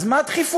אז מה הדחיפות?